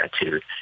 attitude